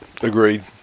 Agreed